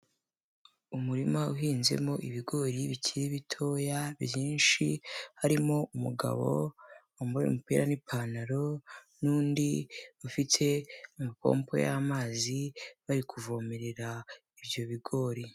Umurima uhinzemo ibigori bikiri bitoya byinshi, harimo umugabo wambaye umupira n'ipantaro n'undi, bafite amapompo y'amazi bari kuvomerera ibyo bigori.